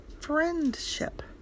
friendship